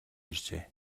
иржээ